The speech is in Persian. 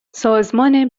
سازمان